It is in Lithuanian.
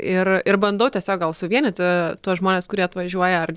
ir ir bandau tiesiog gal suvienyti tuos žmones kurie atvažiuoja ar